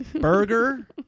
burger